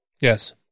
Yes